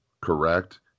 correct